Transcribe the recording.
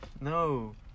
No